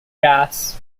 gas